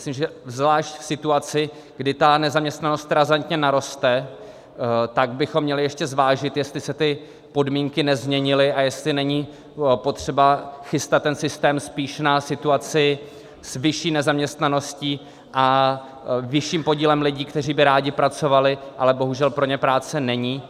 Myslím, že zvlášť v situaci, kdy ta nezaměstnanost razantně naroste, bychom měli ještě zvážit, jestli se ty podmínky nezměnily a jestli není potřeba chystat ten systém spíš na situaci s vyšší nezaměstnaností a vyšším podílem lidí, kteří by rádi pracovali, ale bohužel pro ně práce není.